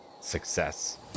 success